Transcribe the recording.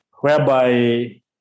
whereby